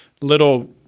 little